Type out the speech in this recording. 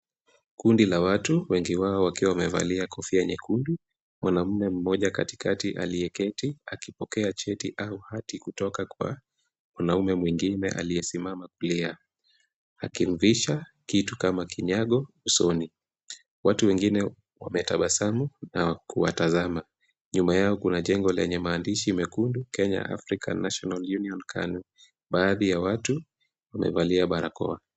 Kundi la watu, wengi wao wakiwa wamevalia kofia nyekundu. Mwanamume mmoja katikati aliyeketi akipokea cheti au hati kutoka kwa—ona ume mwingine aliyesimama kulia. Akimvisha, kitu kama kinyago, usoni. Watu wengine wametabasamu na kuwatazama. Nyuma yao kuna jengo lenye maandishi Mekundu Kenya African National Union KANU baadhi ya watu wamevalia barakoa.